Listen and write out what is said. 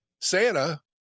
santa